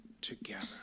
together